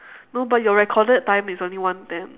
no but your recorded time is only one ten